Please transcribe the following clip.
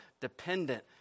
dependent